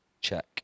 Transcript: check